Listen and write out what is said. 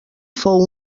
fou